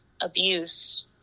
abuse